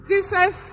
Jesus